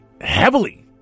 heavily